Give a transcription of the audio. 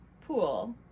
pool